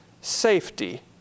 safety